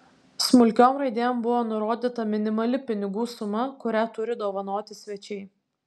smulkiom raidėm buvo nurodyta minimali pinigų suma kurią turi dovanoti svečiai